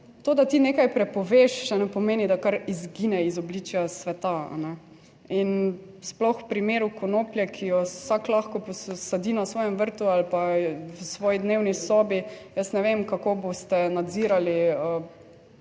to, da ti nekaj prepoveš, še ne pomeni, da kar izgine iz obličja sveta. In sploh v primeru konoplje, ki jo vsak lahko posadi na svojem vrtu ali pa v svoji dnevni sobi. Jaz ne vem, kako boste nadzirali